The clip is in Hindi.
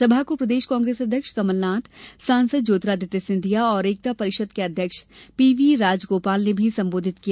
सभा को प्रदेश कांग्रेस अध्यक्ष कमलनाथ सांसद ज्योतिरादित्य सिंधिया और एकता परिषद के अध्यक्ष पी वी राजगोपाल ने भी संबोधित किया